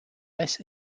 less